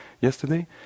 yesterday